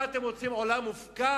מה אתם רוצים, עולם מופקר?